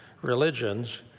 religions